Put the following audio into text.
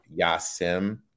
Yasim